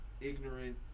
ignorant